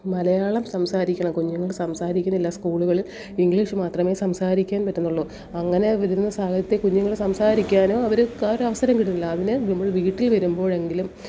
മലയാളം സംസാരിക്കണം കുഞ്ഞുങ്ങൾ സംസാരിക്കുന്നില്ല സ്കൂളുകളിൽ ഇംഗ്ലീഷ് മാത്രമേ സംസാരിക്കാൻ പറ്റുന്നുള്ളൂ അങ്ങനെ വരുന്ന സാഹചര്യത്തിൽ കുഞ്ഞുങ്ങളെ സംസാരിക്കാനോ അവർക്ക് ഒരവസരം കിട്ടുന്നില്ല അതിനു നമ്മൾ വീട്ടിൽ വരുമ്പോഴെങ്കിലും